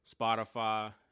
Spotify